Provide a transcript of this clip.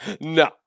No